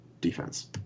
defense